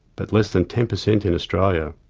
but less than ten percent in australia.